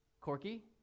Corky